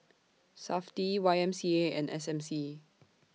Safti Y M C A and S M C